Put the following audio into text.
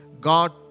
God